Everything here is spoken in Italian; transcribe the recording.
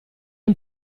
hai